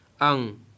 Ang